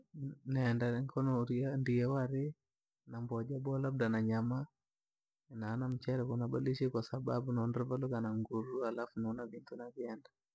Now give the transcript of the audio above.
Nenda nkulutu urye, nienda wari na mboha labda nyama na mchere kunabadisha, kwasababu ndiri valuka na nguru halafu ni vintu navienda.